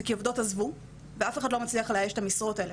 כי העובדות עזבו ואף אחד לא מצליח לאייש את המשרות האלה.